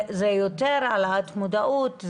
זה יותר העלאת מודעות,